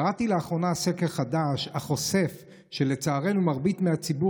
קראתי לאחרונה סקר חדש החושף שלצערנו מרבית מהציבור